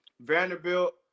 Vanderbilt